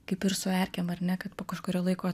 kaip ir su erkėm ar ne kad po kažkurio laiko